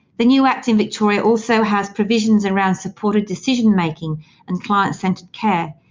the new act in victoria also has provisions around supported decision making and client-centred care,